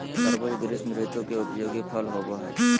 तरबूज़ ग्रीष्म ऋतु के उपयोगी फल होबो हइ